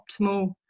optimal